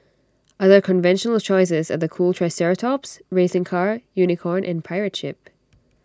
other conventional choices are the cool triceratops racing car unicorn and pirate ship